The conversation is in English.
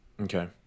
okay